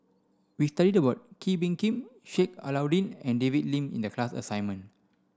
we studied about Kee Bee Khim Sheik Alau'ddin and David Lim in the class assignment